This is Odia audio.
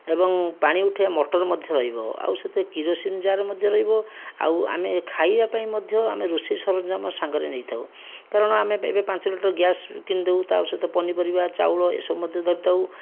ଏବଂ ପାଣି ଉଠେଇବା ମଟର ମଧ୍ୟ ରହିବ ଆଉ ସେଥିରେ କିରୋସିନ ଜାର୍ ମଧ୍ୟ ରହିବ ଆଉ ଆମେ ଖାଇବାପାଇଁ ମଧ୍ୟ ଆମେ ରୋଷେଇ ସରଞ୍ଜାମ ସାଙ୍ଗରେ ନେଇଥାଉ କାରଣ ଆମେ ଏବେ ପାଞ୍ଚ ଲିଟର୍ ଗ୍ୟାସ୍ କିଣିଦେଉ ତା' ସହିତ ପନିପରିବା ଚାଉଳ ଏସବୁ ମଧ୍ୟ ଧରିଥାଉ